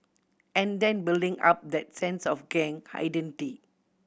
and then building up that sense of gang identity